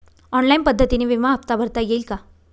Online पद्धतीने विमा हफ्ता भरता येईल का?